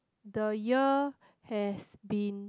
the year has been